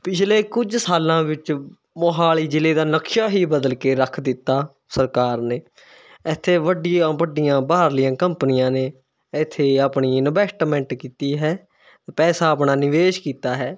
ਪਿਛਲੇ ਕੁੱਝ ਸਾਲਾਂ ਵਿੱਚ ਮੋਹਾਲੀ ਜ਼ਿਲ੍ਹੇ ਦਾ ਨਕਸ਼ਾ ਹੀ ਬਦਲ ਕੇ ਰੱਖ ਦਿੱਤਾ ਸਰਕਾਰ ਨੇ ਇੱਥੇ ਵੱਡੀਆਂ ਵੱਡੀਆਂ ਬਾਹਰਲੀਆਂ ਕੰਪਨੀਆਂ ਨੇ ਇੱਥੇ ਆਪਣੀ ਇਨਵੈਸਟਮੈਂਟ ਕੀਤੀ ਹੈ ਪੈਸਾ ਆਪਣਾ ਨਿਵੇਸ਼ ਕੀਤਾ ਹੈ